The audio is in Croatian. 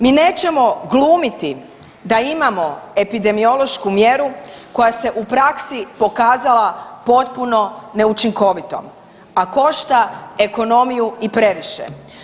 Mi nećemo glumiti da imamo epidemiološku mjeru koja se u praksi pokazala potpuno neučinkovitom, a košta ekonomiju i previše.